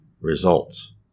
results